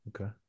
okay